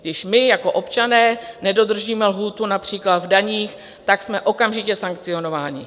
Když my jako občané nedodržíme lhůtu například v daních, jsme okamžitě sankcionováni.